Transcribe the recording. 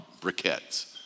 briquettes